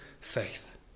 faith